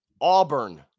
Auburn